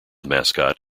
mascot